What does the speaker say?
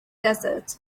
desert